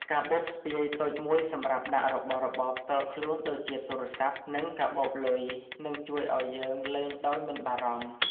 កាបូបស្ពាយតូចមួយសម្រាប់ដាក់របស់របរផ្ទាល់ខ្លួនដូចជាទូរស័ព្ទ និងកាបូបលុយនឹងជួយឱ្យយើងលេងដោយមិនបារម្ភ។